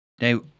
Now